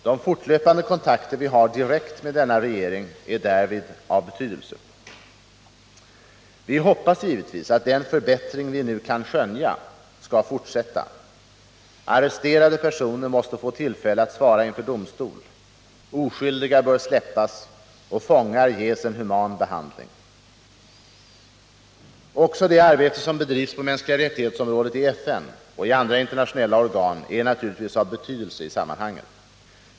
De fortlöpande kontakter vi har direkt med denna regering är därvid av betydelse. Vi hoppas givetvis att den förbättring vi nu kan skönja skall fortsätta. Arresterade personer måste få tillfälle att svara inför domstol. Oskyldiga bör släppas och fångar ges en human behandling. Också det arbete som bedrivs på mänskliga rättighetsområdet i FN och i andra internationella organ är naturligtvis av betydelse i sammanhanget.